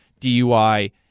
DUI